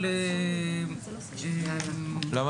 למה